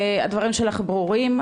הדברים שלך ברורים,